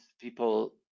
People